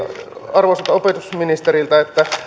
arvoisalta opetusministeriltä